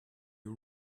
you